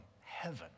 heaven